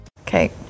okay